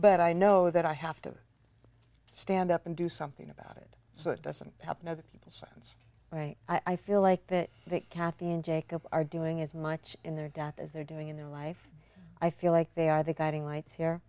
but i know that i have to stand up and do something about it so it doesn't happen other people since right i feel like that that kathy and jacob are doing as much in their death as they're doing in their life i feel like they are the guiding lights here